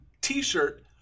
t-shirt